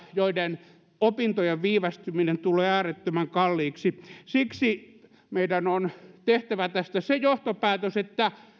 joiden opintojen viivästyminen tulee äärettömän kalliiksi siksi meidän on tehtävä tästä se johtopäätös että